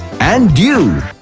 and dew.